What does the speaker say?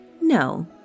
No